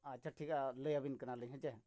ᱟᱪᱪᱷᱟ ᱴᱷᱤᱠ ᱜᱮᱭᱟ ᱞᱟᱹᱭ ᱟᱹᱵᱤᱱ ᱠᱟᱱᱟ ᱞᱤᱧ ᱦᱮᱸᱥᱮ